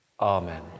Amen